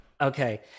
Okay